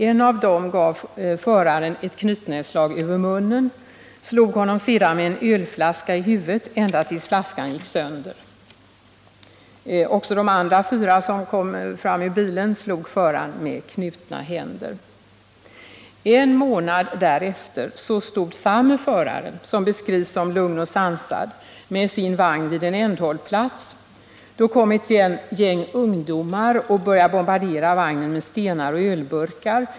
En av dem gav föraren knytnävsslag över munnen och slog honom sedan med en ölflaska i huvudet ända tills flaskan gick sönder. Också de andra fyra som kom ur samma bil slog föraren med knutna händer. En månad därefter stod samme förare, som beskrivs som lugn och sansad, med sin vagn vid en ändhållplats. Då kom ett gäng ungdomar och började bombardera vagnen med stenar och ölburkar.